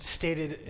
stated